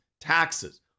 taxes